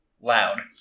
loud